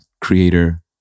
creator